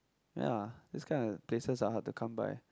ya this kind of places are hard to come by